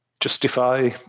justify